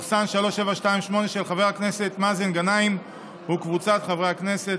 של חבר הכנסת מאזן גנאים וקבוצת חברי הכנסת.